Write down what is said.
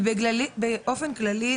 באופן כללי,